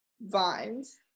Vines